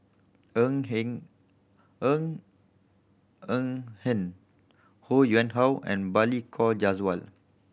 Ng Hen Ng Ng Hen Ho Yuen Hoe and Balli Kaur Jaswal